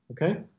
okay